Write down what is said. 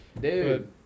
dude